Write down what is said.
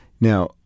Now